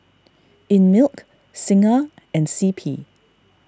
Einmilk Singha and C P